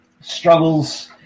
struggles